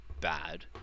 bad